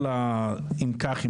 כל ה"אם כך",